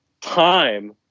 time